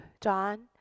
John